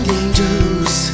angels